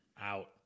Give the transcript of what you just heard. Out